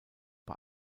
bei